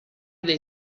del